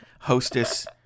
Hostess